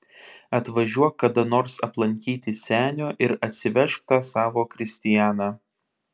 atvažiuok kada nors aplankyti senio ir atsivežk tą savo kristianą